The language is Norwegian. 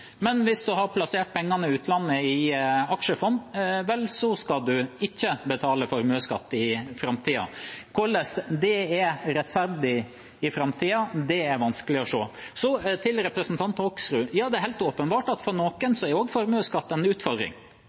Men hvis man har plassert penger i utlandet i aksjefond, vel, så skal man ikke betale formuesskatt i framtida. Hvordan det er rettferdig i framtida, er vanskelig å se. Så til representanten Hoksrud: Det er helt åpenbart at formuesskatten er en utfordring for noen. Derfor er det viktig å gå målrettet inn, og